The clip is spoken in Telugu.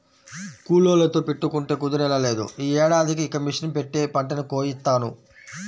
కూలోళ్ళతో పెట్టుకుంటే కుదిరేలా లేదు, యీ ఏడాదికి ఇక మిషన్ పెట్టే పంటని కోయిత్తాను